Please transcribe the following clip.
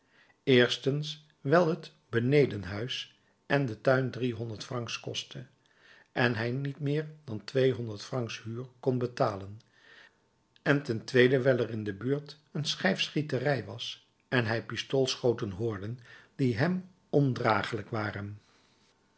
eerstens wijl het beneden huis en de tuin driehonderd francs kostte en hij niet meer dan tweehonderd francs huur kon betalen en ten tweede wijl erin de buurt een schijfschieterij was en hij pistoolschoten hoorde die hem ondragelijk waren